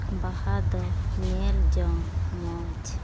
ᱵᱟᱦᱟ ᱫᱚ ᱧᱮᱞ ᱡᱚᱝ ᱢᱚᱡᱽ